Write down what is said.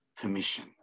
permission